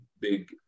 big